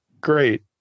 Great